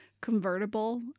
convertible